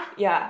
ya